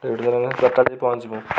train ticket ନାହିଁ ବାର ଟା ବେଳେ ଯାଇ ପହଞ୍ଚିବୁ